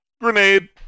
grenade